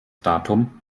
datum